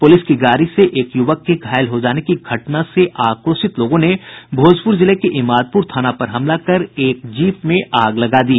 police की गाड़ी से एक युवक के घायल हो जाने की घटना से आक्रोशित लोगों ने भोजपुर जिले के इमादपुर थाना पर हमला कर एक जीप में आग लगा दी